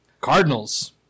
Cardinals